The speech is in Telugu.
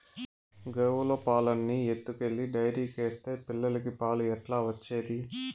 గోవుల పాలన్నీ ఎత్తుకెళ్లి డైరీకేస్తే పిల్లలకి పాలు ఎట్లా వచ్చేది